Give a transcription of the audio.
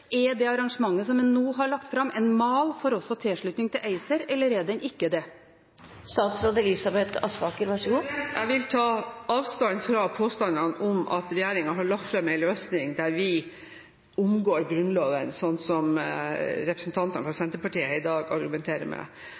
Er det arrangementet som man nå har lagt fram, en mal for tilslutning til ACER, eller er det ikke det? Jeg vil ta avstand fra påstandene om at regjeringen har lagt fram en løsning der vi omgår Grunnloven, slik som representantene fra Senterpartiet i dag argumenterer med.